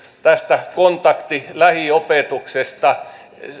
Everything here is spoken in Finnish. tästä kontakti lähiopetuksesta